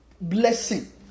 blessing